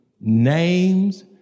names